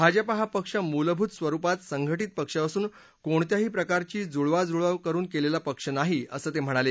भाजपा हा पक्ष मूलभूत स्वरुपात संघटित पक्ष असून कोणत्याही प्रकारची जुळवाजुळव करून केलेला पक्ष नाही असं ते म्हणाले